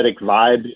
vibe